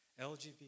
LGBT